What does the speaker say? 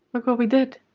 look what we did